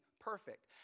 perfect